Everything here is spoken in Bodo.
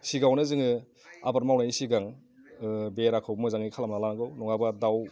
सिगाङावनो जोङो आबाद मावनायनि सिगां बेराखौ मोजाङै खालामनानै लानांगौ नङाबा दाउ